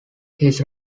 his